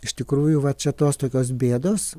iš tikrųjų va čia tos tokios bėdos